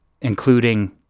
including